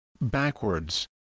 backwards